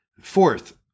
Fourth